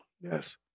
Yes